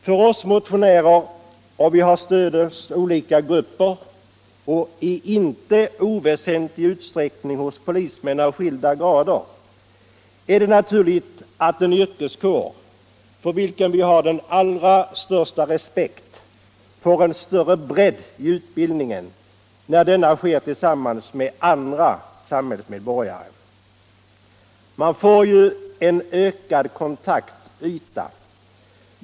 För oss motionärer — och vi har stöd hos olika grupper, inte i oväsentlig utsträckning hos polismän av skilda grader — är det naturligt att en yrkeskår för vilken vi har den allra största respekt får en större bredd i utbildningen när denna sker tillsammans med andra samhällsmedborgare. Det blir ju därmed ökade kontaktytor.